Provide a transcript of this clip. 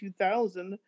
2000